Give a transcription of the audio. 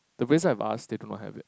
the places I've asked they don't have it